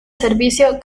servicio